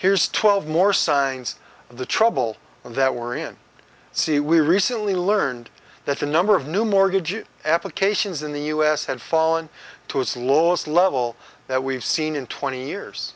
here's twelve more signs of the trouble that we're in see we recently learned that the number of new mortgage applications in the us had fallen to its lowest level that we've seen in twenty years